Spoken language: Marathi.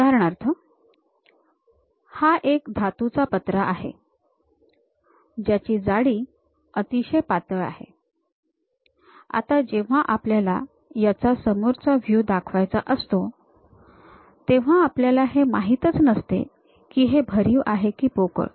उदाहरणार्थ हा एक धातूचा पत्रा आहे ज्याची जाडी अतिशय पातळ आहे आता जेव्हा आपल्याला याचा समोरचा व्हयू दाखवायचा असतो तेव्हा आपल्याला हे माहितच नसते की हे भरीव आहे की पोकळ